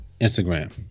Instagram